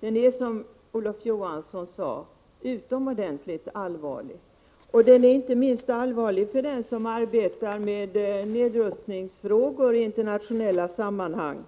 Frågan är, som Olof Johansson sade, utomordentligt allvarlig. Den är inte minst allvarlig för den som arbetar med nedrustningsfrågor i internationella sammanhang.